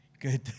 good